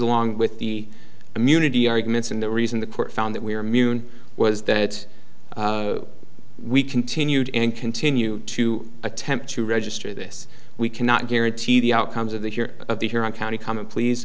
along with the immunity arguments and the reason the court found that we were mune was that we continued and continue to attempt to register this we cannot guarantee the outcomes of the hear of the hearing county common pleas